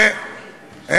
אבל שנשמע, עיסאווי.